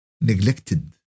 neglected